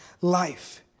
life